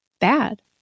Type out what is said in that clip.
bad